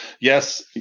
yes